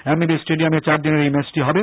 M B B স্টেডিয়ামে চারদিনের এই ম্যাচটি হবে